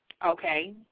Okay